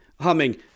Humming